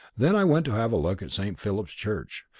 then i went to have a look at st. philip's church,